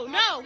no